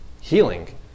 healing